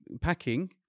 packing